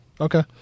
Okay